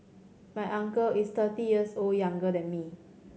my uncle is thirty years old younger than me